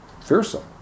fearsome